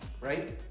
right